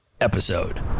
episode